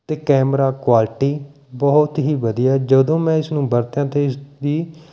ਅਤੇ camera quality ਬਹੁਤ ਹੀ ਵਧੀਆ ਜਦੋਂ ਮੈਂ ਇਸ ਨੂੰ ਵਰਤਿਆ ਅਤੇ ਇਸ ਦੀ